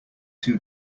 too